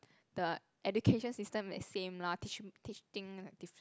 the education system is same lah teach teach thing like diff~